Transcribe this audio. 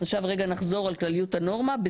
נחזור לכלליות הנורמה,